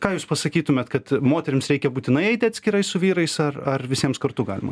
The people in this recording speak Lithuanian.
ką jūs pasakytumėt kad moterims reikia būtinai eiti atskirai su vyrais ar ar visiems kartu galima